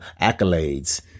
accolades